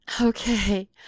Okay